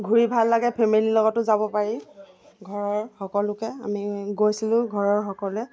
ঘূৰি ভাল লাগে ফেমিলিৰ লগতো যাব পাৰি ঘৰৰ সকলোকে আমি গৈছিলোঁ ঘৰৰ সকলোৱে